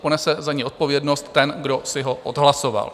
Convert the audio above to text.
Ponese za něj odpovědnost ten, kdo si ho odhlasoval.